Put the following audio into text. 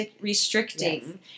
restricting